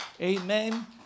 Amen